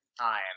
time